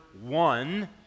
one